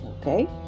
okay